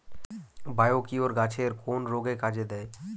Biocure গাছের কোন রোগে কাজেদেয়?